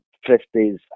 fifties